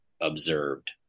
observed